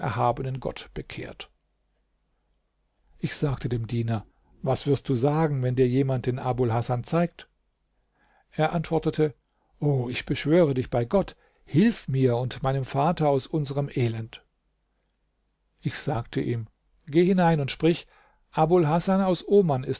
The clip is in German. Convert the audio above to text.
erhabenen gott bekehrt ich sagte dem diener was wirst du sagen wenn dir jemand den abul hasan zeigt er antwortete o ich beschwöre dich bei gott hilf mir und meinem vater aus unserem elend ich sagte ihm geh hinein und sprich abul hasan aus oman